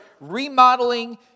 Remodeling